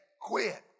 quit